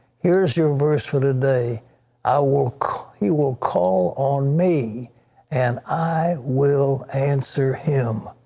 here is your verse for today. i will you will call on me and i will answer him.